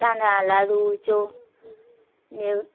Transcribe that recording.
तांदळा लाडू